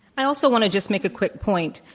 i also want to just make a quick point.